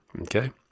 Okay